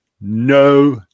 no